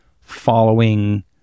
following